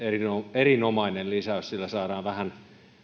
erinomainen lisäys sillä saadaan vähän